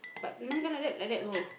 but my the like that like that go